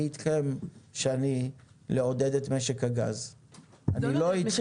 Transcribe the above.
אני איתכם שני, לעודד את משק הגז, אני לא איתכם.